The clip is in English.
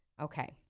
Okay